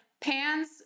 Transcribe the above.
pans